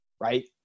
right